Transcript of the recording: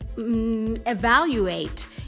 evaluate